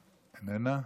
איננה.